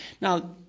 Now